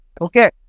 Okay